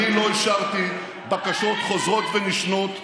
אני לא אישרתי בקשות חוזרות ונשנות,